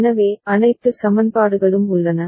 எனவே அனைத்து சமன்பாடுகளும் உள்ளன